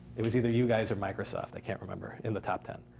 it was either you guys or microsoft, i can't remember, in the top ten.